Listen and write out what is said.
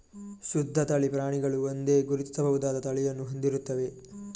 ಶುದ್ಧ ತಳಿ ಪ್ರಾಣಿಗಳು ಒಂದೇ, ಗುರುತಿಸಬಹುದಾದ ತಳಿಯನ್ನು ಹೊಂದಿರುತ್ತವೆ